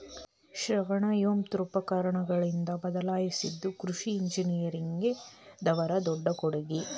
ಶ್ರಮವನ್ನಾ ಯಂತ್ರೋಪಕರಣಗಳಿಂದ ಬದಲಾಯಿಸಿದು ಕೃಷಿ ಇಂಜಿನಿಯರಿಂಗ್ ದವರ ದೊಡ್ಡ ಕೊಡುಗೆ